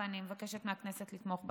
ואני מבקשת מהכנסת לתמוך בה.